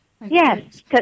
Yes